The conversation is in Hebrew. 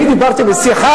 אני מסיים.